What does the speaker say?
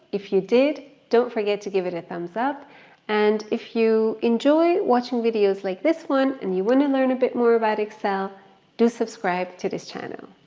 if you did, don't forget to give it a thumbs up and if you enjoy watching videos like this one and you wanna and learn a bit more about excel do subscribe to this channel.